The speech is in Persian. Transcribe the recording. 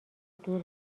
دور